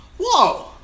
Whoa